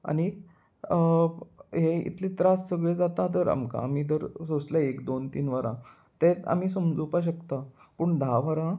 आनीक हे इतले त्रास सगळे जाता तर आमकां आमी धर सोंसले एक दोन तीन वरां तें आमी समजोपा शकता पूण धा वरां